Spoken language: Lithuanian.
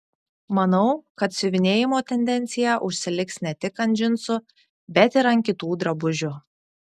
manau kad siuvinėjimo tendencija užsiliks ne tik ant džinsų bet ir ant kitų drabužių